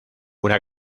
una